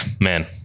man